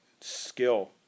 skill